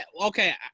okay